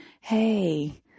Hey